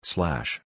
Slash